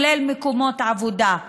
כולל מקומות עבודה.